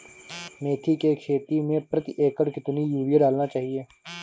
मेथी के खेती में प्रति एकड़ कितनी यूरिया डालना चाहिए?